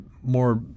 more